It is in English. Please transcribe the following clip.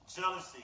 jealousy